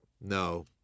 no